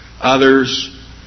others